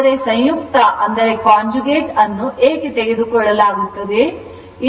ಆದರೆ ಸಂಯುಕ್ತ ವನ್ನು ಏಕೆ ತೆಗೆದುಕೊಳ್ಳಲಾಗುತ್ತದೆ